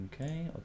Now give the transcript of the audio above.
okay